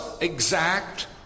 exact